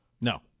no